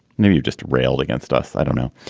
now you've just railed against us. i don't know.